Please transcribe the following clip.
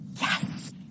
Yes